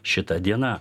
šita diena